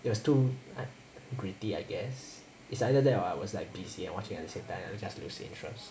it was too like gritty I guess it's either that or I was like busy and watching at the same time and I just lose interest